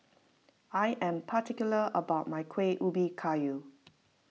I am particular about my Kuih Ubi Kayu